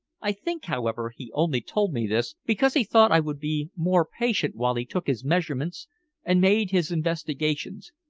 i think, however, he only told me this because he thought i would be more patient while he took his measurements and made his investigations.